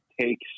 takes